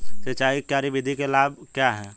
सिंचाई की क्यारी विधि के लाभ क्या हैं?